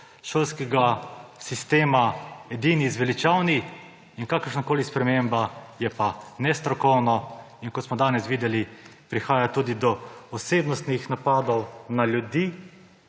šolskega sistema edini zveličavni in kakršnakoli sprememba je nestrokovna. Kot smo danes videli, prihaja tudi do osebnih napadov na ljudi,